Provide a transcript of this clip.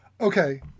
Okay